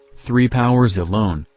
three powers alone,